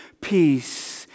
peace